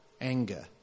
anger